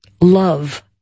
love